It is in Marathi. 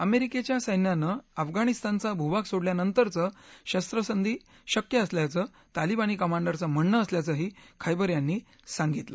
अमष्किछ्या सैन्यानं अफगाणिस्तानचा भूभाग सोडल्यानंतरच शस्वसंधी शक्य असल्याचं तालीबानी कमांडरांचं म्हणणं असल्याचंही खेबर यांनी सांगितलं